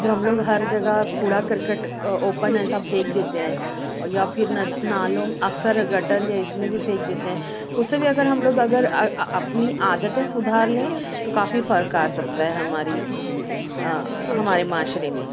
جو ہم لوگ ہر جگہ کوڑا کرکٹ اوپن ایسا پھینک دیتے ہیں یا پھرند نالوں اکثر گٹر یا اس میں بھی پھینک دیتے ہیں اسے بھی اگر ہم لوگ اگر اپنی عادتیں سدھار لیں تو کافی فرق آ سکتا ہے ہماری ہمارے معاشرے میں